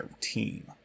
team